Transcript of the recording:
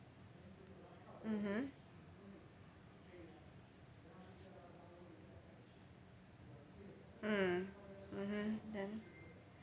mmhmm mm mmhmm then